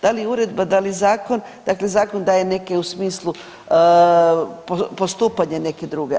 Da li uredba, da li zakon, dakle zakon daje neke u smislu postupanja neka druga.